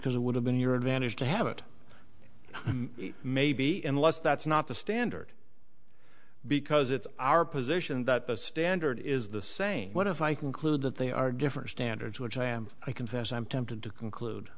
because it would have been your advantage to have it maybe in less that's not the standard because it's our position that the standard is the same what if i conclude that they are different standards which i am i confess i'm tempted to conclude